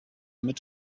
mit